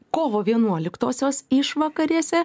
kovo vienuoliktosios išvakarėse